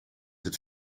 het